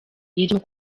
irimo